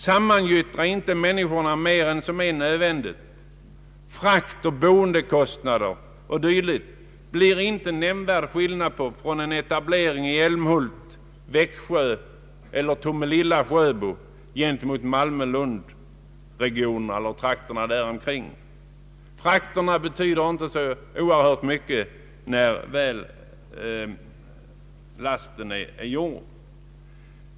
Sammangyttra inte människorna mer än nödvändigt. Frakter, boendekostnader o. d. blir inte nämnvärt olika vid en etablering i älmhult—Växjö eller Tomelilla—Sjöbo jämfört med en etablering i Malmö—Lund eller trakterna däromkring.